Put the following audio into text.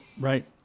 Right